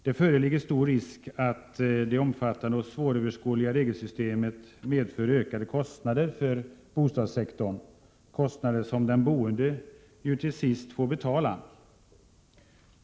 Det föreligger stor risk för att det omfattande och svåröverskådliga regelsystemet medför ökade kostnader för bostadssektorn — kostnader som den boende till sist får betala.